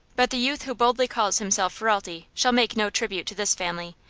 but the youth who boldly calls himself ferralti shall make no tribute to this family.